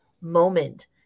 moment